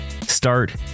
start